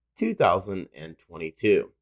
2022